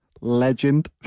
Legend